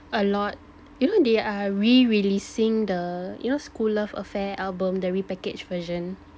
a lot you know they are re-releasing the you know Skool Luv Affair album the repackaged version